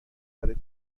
برای